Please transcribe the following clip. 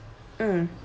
mm